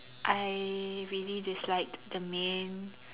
I really disliked the main